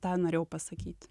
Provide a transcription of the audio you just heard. tą norėjau pasakyt